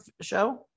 show